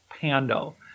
Pando